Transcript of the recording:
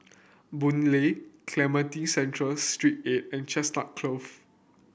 Boon Lay Cemetry Central Street eight and Chestnut Close